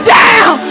down